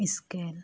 scale